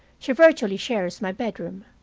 she virtually shares my bedroom,